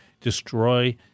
destroy